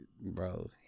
bro